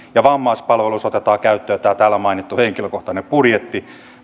ja vammaispalveluissa otetaan käyttöön tämä täällä mainittu henkilökohtainen budjetti